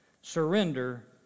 surrender